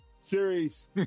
series